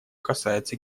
касается